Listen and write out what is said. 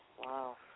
wow